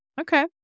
okay